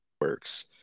works